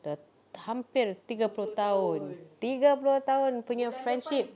sudah hampir tiga puluh tahun tiga puluh tahun punya friendship